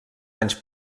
anys